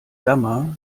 gamma